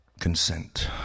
Consent